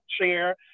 chair